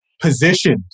positioned